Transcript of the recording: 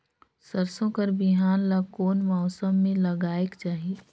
सरसो कर बिहान ला कोन मौसम मे लगायेक चाही?